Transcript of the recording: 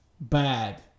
Bad